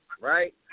right